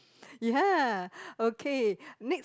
ya okay next